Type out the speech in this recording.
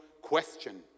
question